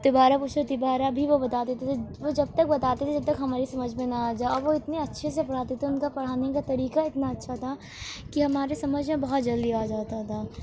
تیبارہ پوچھو تیبارہ بھی وہ بتا دیتے تھے وہ جب تک بتاتے تھے جب تک ہماری سمجھ میں نہ آ جا اور وہ اتنے اچھے سے پڑھاتے تھے ان کا پڑھانے کا طریقہ اتنا اچھا تھا کہ ہمارے سمجھ میں بہت جلدی آ جاتا تھا